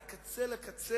לא נמצא.